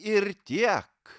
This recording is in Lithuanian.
ir tiek